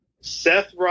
Seth